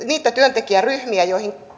niitä työntekijäryhmiä joihin